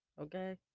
okay